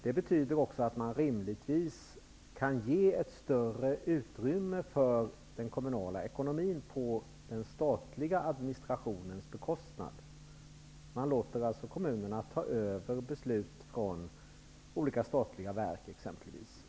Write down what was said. Det betyder också att man rimligtvis kan ge ett större utrymme för den kommunala ekonomin på den statliga administrationens bekostnad. Man låter kommunerna ta över beslut från olika statliga verk exempelvis.